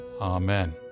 Amen